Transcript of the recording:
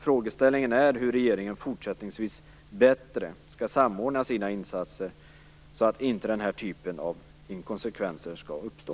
Frågeställningen är hur regeringen fortsättningsvis skall samordna sina insatser bättre så att den här typen av inkonsekvenser inte skall uppstå.